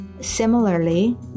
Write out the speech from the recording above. Similarly